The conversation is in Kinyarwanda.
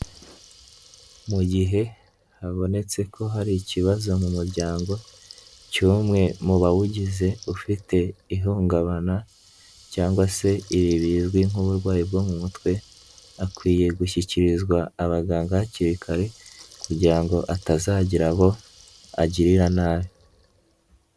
Mu gihe habonetse ko hari ikibazo mu muryango cy'umwe mu bawugize ufite ihungabana, cyangwa se ibi bizwi nk'uburwayi bwo mu mutwe, akwiye gushyikirizwa abaganga hakiri kare kugira ngo atazagira abo agirira nabi.